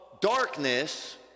darkness